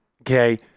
okay –